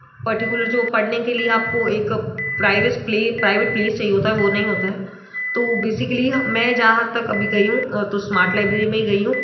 particular जो पढ़ने के लिए आपको एक प्राइवेस प्ले प्राइवेट प्लेस चाहिए होता है वो नहीं होता है तो बैसिक्ली मैं जहाँ तक अभी गई हूँ तो स्मार्ट लाइब्रेरी में ही गई हूँ